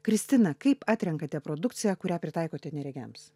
kristina kaip atrenkate produkciją kurią pritaikote neregiams